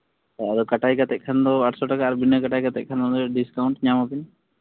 ᱦᱳᱭ ᱠᱟᱴᱟᱭ ᱠᱟᱛᱮ ᱠᱷᱟᱱ ᱫᱚ ᱟᱴ ᱥᱚ ᱴᱟᱠᱟ ᱟᱨ ᱵᱤᱱᱟᱹ ᱠᱟᱴᱟᱭ ᱠᱟᱛᱮ ᱠᱷᱟᱱ ᱫᱚ ᱰᱤᱥᱠᱟᱣᱩᱱᱴ ᱧᱟᱢᱟᱵᱤᱱ